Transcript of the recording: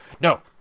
No